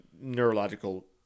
Neurological